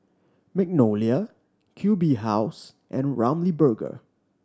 Magnolia Q B House and Ramly Burger